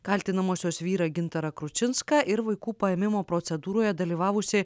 kaltinamosios vyrą gintarą kručinską ir vaikų paėmimo procedūroje dalyvavusį